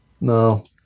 No